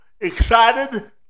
excited